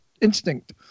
instinct